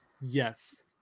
yes